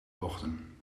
bochten